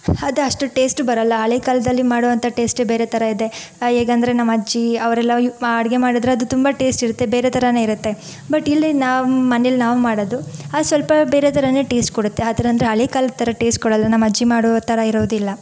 ಅದು ಅಷ್ಟು ಟೇಸ್ಟ್ ಬರಲ್ಲ ಹಳೆಯ ಕಾಲದಲ್ಲಿ ಮಾಡುವಂಥ ಟೇಸ್ಟೇ ಬೇರೆ ಥರ ಇದೆ ಹೇಗಂದರೆ ನಮ್ಮಜ್ಜಿ ಅವರೆಲ್ಲ ಅಡುಗೆ ಮಾಡಿದ್ರೆ ಅದು ತುಂಬ ಟೇಸ್ಟ್ ಇರತ್ತೆ ಬೇರೆ ಥರಾನೇ ಇರತ್ತೆ ಬಟ್ ಇಲ್ಲಿ ನಮ್ಮನೇಲಿ ನಾವು ಮಾಡೋದು ಅದು ಸ್ವಲ್ಪ ಬೇರೆ ಥರಾನೇ ಟೇಸ್ಟ್ ಕೊಡತ್ತೆ ಆ ಥರ ಅಂದರೆ ಹಳೆಯ ಕಾಲದ ಥರ ಟೇಸ್ಟ್ ಕೊಡಲ್ಲ ನಮ್ಮಜ್ಜಿ ಮಾಡೋ ಥರ ಇರೋದಿಲ್ಲ